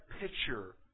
picture